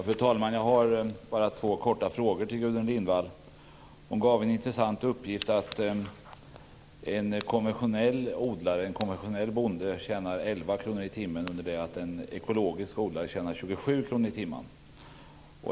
Fru talman! Jag har två korta frågor till Gudrun Lindvall. Hon gav en intressant uppgift om att en konventionell bonde tjänar 11 kr i timmen under det att en ekologisk odlare tjänar 27 kr i timmen.